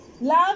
love